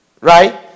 Right